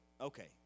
Okay